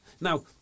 Now